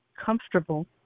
comfortable